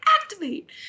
activate